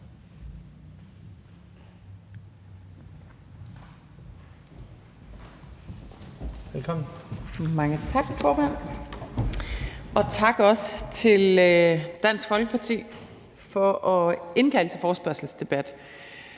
Mange tak, formand. Og også tak til Dansk Folkeparti for at indkalde til en forespørgselsdebat